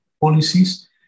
policies